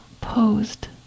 posed